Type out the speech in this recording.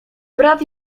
brat